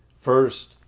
first